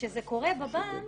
כשזה קורה בבנק,